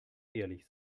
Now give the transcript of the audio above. ehrlich